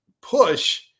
push